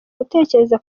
gutekereza